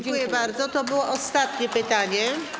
Dziękuję bardzo, to było ostatnie pytanie.